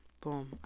boom